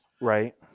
right